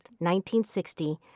1960